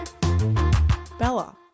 Bella